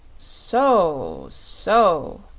so so,